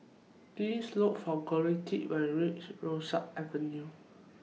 Please Look For Collette when YOU REACH Rosyth Avenue